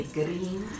green